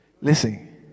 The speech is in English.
Listen